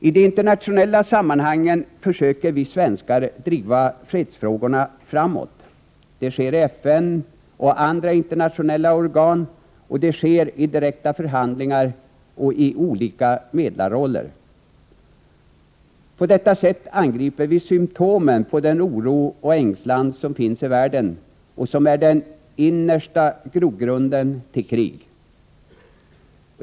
I de internationella sammanhangen försöker vi svenskar driva fredsfrågorna framåt. Det sker i FN och andra internationella organ, och det sker i direkta förhandlingar och genom olika medlarroller. På detta sätt angriper vi symptomen på den oro och ängslan som finns i världen och som ytterst är grogrunden för krig.